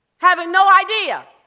having no idea